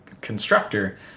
constructor